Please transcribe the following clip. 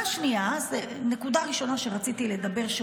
זאת הנקודה הראשונה שרציתי לדבר עליה,